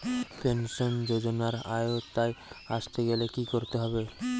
Pension যজোনার আওতায় আসতে গেলে কি করতে হবে?